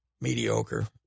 mediocre